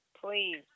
Please